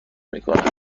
میکنه